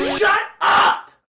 shut up!